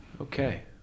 Okay